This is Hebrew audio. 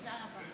תודה רבה,